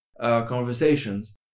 conversations